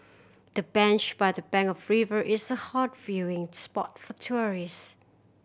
the bench by the bank of river is a hot viewing spot for tourist